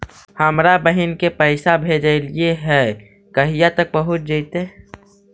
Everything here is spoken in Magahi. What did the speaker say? हमरा बहिन के पैसा भेजेलियै है कहिया तक पहुँच जैतै?